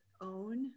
own